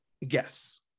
Yes